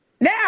now